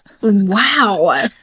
Wow